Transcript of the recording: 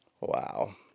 Wow